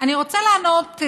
אני רוצה לענות,